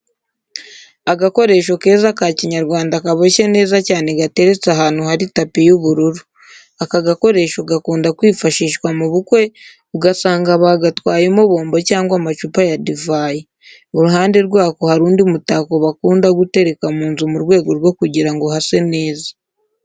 Agakoresho keza ka Kinyarwanda kaboshye neza cyane gateretse ahantu hari tapi y'ubururu. Aka gakoresho gakunda kwifashishwa mu bukwe, ugasanga bagatwayemo bombo cyangwa amacupa ya divayi. Iruhande rwako hari undi mutako bakunda gutereka mu nzu mu rwego rwo kugira ngo hase neza.